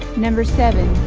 number seven